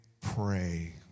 pray